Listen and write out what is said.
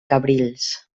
cabrils